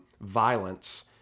violence